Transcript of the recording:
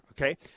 okay